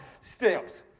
steps